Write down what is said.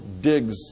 digs